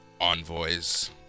Envoys